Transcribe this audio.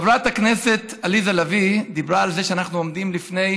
חברת הכנסת עליזה לביא דיברה על זה שאנחנו עומדים לפני